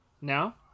now